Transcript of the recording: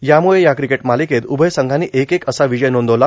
यामुळं या क्रिकेट मार्ालकेत उभय संघांनी एक एक असा विजय नोंदवला